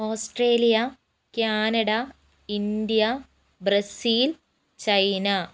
Australia Canada India Brazil China